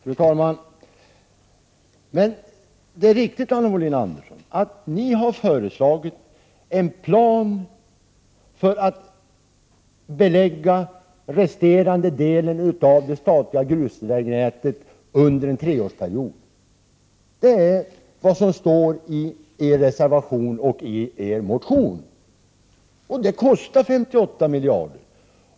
Fru talman! Det är riktigt, Anna Wohlin-Andersson, att ni har föreslagit en plan för att belägga resterande delen av det statliga grusvägnätet under en tioårsperiod. Det står i er reservation och i er motion. Det kostar 58 miljarder.